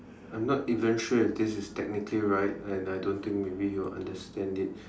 I'm not even sure if this is technically right and I don't think maybe you will understand it